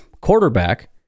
quarterback